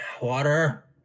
Water